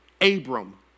Abram